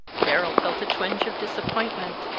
darrell felt a twinge of disappointment.